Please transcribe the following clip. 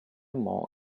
more